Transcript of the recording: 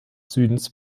südens